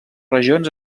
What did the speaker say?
regions